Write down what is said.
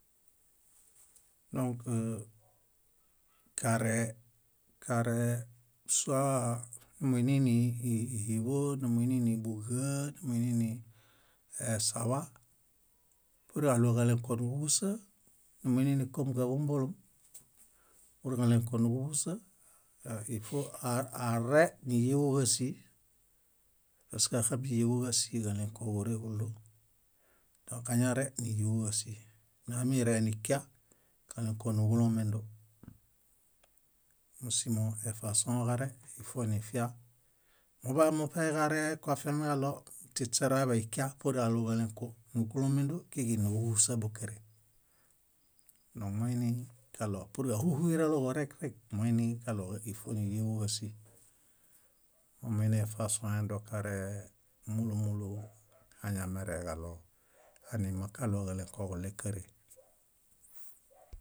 . Dõk kare kare sua numuinini híḃo, numuinini búġaar, numuinini esaḃa purġaɭo kálẽkõ nuġuhuśa, numiininikom káḃombolõ pur kálẽkõ nuġuhuśa, ifo are núyuġasii pask áxamiyuġuġasii kálẽkõ kórehulo. Dõk añare níyuġuġasii meamirenikia kálĩkonuġulomendo. Mósimo ifasõġare ifonifia. Muḃamuṗeġare koafiamiġaɭo śiśero aiḃaikia pur kaɭo kólĩkonuġulomendo kíġinuġuhuśaboġaree. Mómuiniġaɭo purġahuhuyeraloho rekrek, moiniġaɭo ífoniyuġuġasii. Momuiniefasoe dokaree múlu múlu añamereġaɭo amimakaɭo kálĩkõ kuɭe káre.